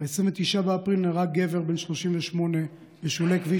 ב-29 באפריל נהרג גבר בן 38 בשולי כביש